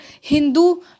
Hindu